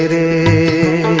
a